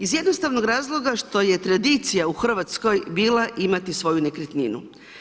Iz jednostavnog razloga što je tradicija u Hrvatskoj bila imati svoju nekretninu.